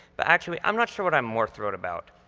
but actually, i'm not sure what i'm more thrilled about,